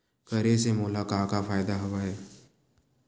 करे से मोला का का फ़ायदा हवय?